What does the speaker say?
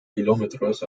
kilómetros